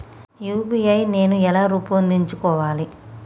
UPI నేను ఎలా రూపొందించుకోవాలి?